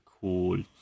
Cool